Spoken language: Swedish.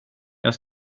jag